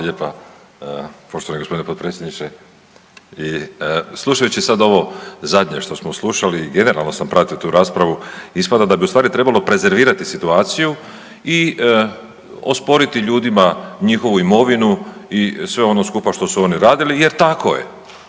Hvala lijepa poštovani g. potpredsjedniče. Slušajući sad ovo zadnje što smo slušali, generalno sam pratio tu raspravu, ispada da bi u stvari trebalo prezervirati situaciju i osporiti ljudima njihovu imovinu i sve ono skupa što su oni radili jer tako je,